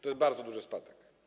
To jest bardzo duży spadek.